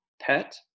pet